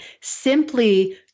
simply